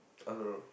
I also don't know